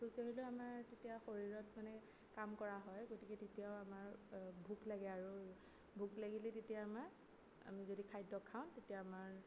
খোজকাঢ়িলেও আমাৰ তেতিয়া শৰীৰত মানে কাম কৰা হয় গতিকে তেতিয়াও আমাৰ ভোক লাগে আৰু ভোক লাগিলে তেতিয়া আমাৰ আমি যদি খাদ্য খাওঁ তেতিয়া আমাৰ